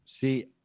See